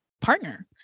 partner